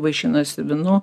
vaišinasi vynu